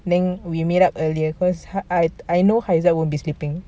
then we meet up earlier cause I know haizat won't be sleeping